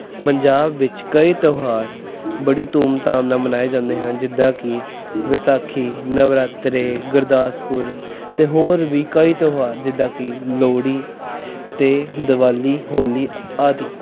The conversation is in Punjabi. ਪੰਜਾਬ ਵਿੱਚ ਕਈ ਤਿਉਹਾਰ ਬੜੀ ਧੂਮਧਾਮ ਨਾਲ ਮਨਾਏ ਜਾਂਦੇ ਹਨ ਜਿੱਦਾਂ ਕਿ ਵਿਸਾਖੀ ਨਵਰਾਤਰੇ ਗੁਰਦਾਸਪੁਰ ਅਤੇ ਹੋਰ ਵੀ ਕਈ ਤਿਉਹਾਰ ਜਿੱਦਾਂ ਕਿ ਲੋਹੜੀ ਅਤੇ ਦਿਵਾਲੀ ਹੋਲੀ ਆਦਿ